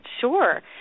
Sure